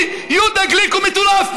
כי יהודה גליק הוא מטורף.